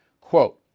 quote